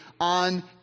on